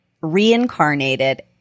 reincarnated